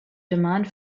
demand